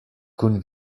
kun